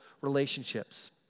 relationships